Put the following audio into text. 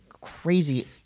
crazy